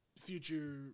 future